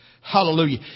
Hallelujah